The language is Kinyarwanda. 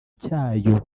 cyayo